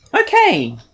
Okay